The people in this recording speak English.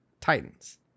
Titans